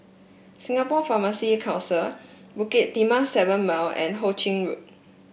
Singapore Pharmacy Council Bukit Timah Seven Mile and Ho Ching Road